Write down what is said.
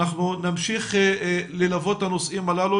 אנחנו נמשיך ללוות את הנושאים הללו.